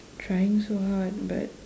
trying so hard but